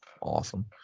awesome